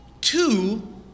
two